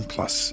Plus